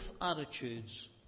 attitudes